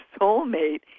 soulmate